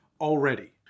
already